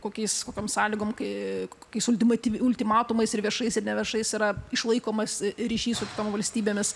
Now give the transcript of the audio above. kokiais kokiom sąlygom kai kokiais ultimatyv ultimatumais ir viešais ir neviešais yra išlaikomas ryšys su valstybėmis